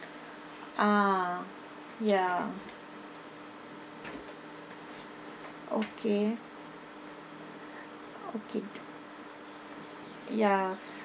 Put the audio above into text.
ah ya okay okay the ya